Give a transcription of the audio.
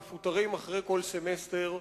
מפוטרים אחרי כל סמסטר,